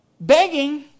begging